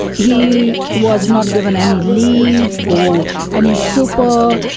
he was not given any leave or any super.